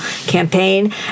campaign